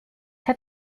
hat